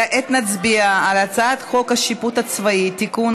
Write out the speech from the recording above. כעת נצביע על הצעת חוק השיפוט הצבאי (תיקון,